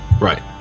Right